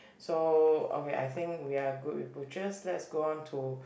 so okay I think we are good with butchers let's go on to